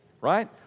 right